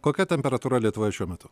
kokia temperatūra lietuvoj šiuo metu